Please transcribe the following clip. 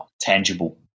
tangible